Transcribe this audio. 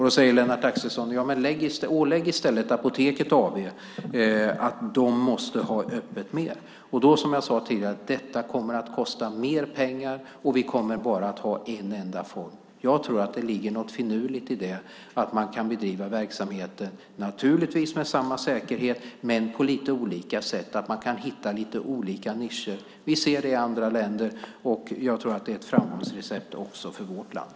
Då säger Lennart Axelsson: Ålägg i stället Apoteket AB att ha öppet mer! Detta kommer, som jag sade tidigare, att kosta mer pengar, och vi kommer bara att ha en enda form. Jag tror att det ligger något finurligt i att man kan bedriva verksamheter, naturligtvis med samma säkerhet, på lite olika sätt, att man kan hitta lite olika nischer. Vi ser det i andra länder, och jag tror att det är ett framgångsrecept också för vårt land.